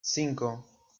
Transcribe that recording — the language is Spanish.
cinco